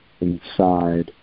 inside